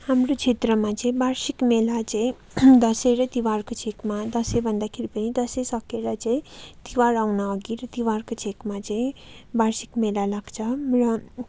हाम्रो क्षेत्रमा चाहिँ वार्षिक मेला चाहिँ दसैँ र तिहारको छेकमा दसैँ भन्दाखेरि पनि दसैँ सकेर चाहिँ तिहार आउन अघि र तिहारको छेकमा चाहिँ बार्षिक मेला लाग्छ र